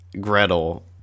Gretel